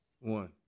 One